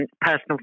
personal